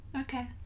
Okay